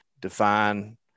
define